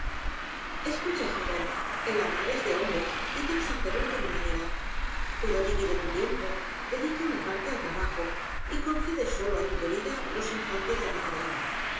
escucha joven el amar es de hombres y debes hacerlo por humanidad pero divide tu tiempo dedica una parte al trabajo y concede solo á tu querida los instantes de recreo